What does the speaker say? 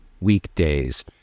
weekdays